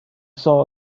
saw